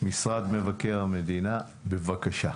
משרד מבקר המדינה, בבקשה.